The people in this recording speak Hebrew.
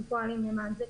אנחנו פועלים למען זה.